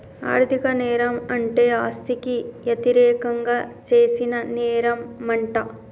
ఆర్ధిక నేరం అంటే ఆస్తికి యతిరేకంగా చేసిన నేరంమంట